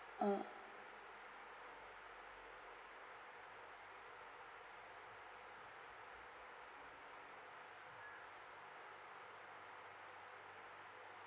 oh